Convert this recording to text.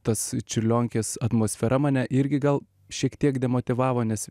tas čiurlionkės atmosfera mane irgi gal šiek tiek demotyvavo nes